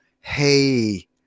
hey